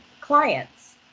clients